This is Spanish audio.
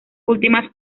últimas